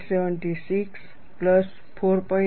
76 plus 4